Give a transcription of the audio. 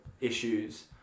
issues